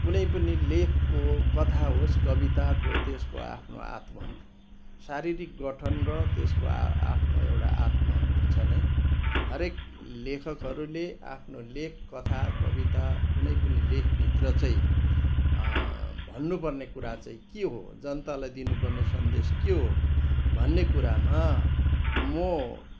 कुनै पनि लेखको कथा होस् कविताको त्यसको आफ्नो आत्मा शारीरिक गठन र त्यसको आ आफ्नो एउटा आत्मा हुन्छ नै हरेक लेखकहरूले आफ्नो लेख कथा कविता कुनै पनि लेख भित्रै चाहिँ भन्नुपर्ने कुरा चाहिँ के हो जनतालाई दिनुपर्ने सन्देश के हो भन्ने कुरामा म